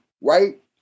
right